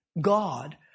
God